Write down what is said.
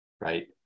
right